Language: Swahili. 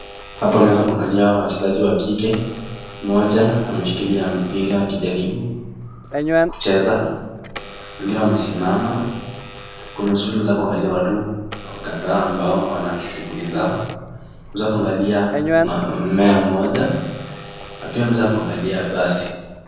Hapa unaweza kuangalia wachezaji wa kike. Mmoja ameshikilia mpira akijaribu kucheza, mwingine amesimama kunusuru kuangalia watu kadhaa ambao wanashughuli yao. Unaweza kuangalia mmea moja na pia unaweza kuangalia basi.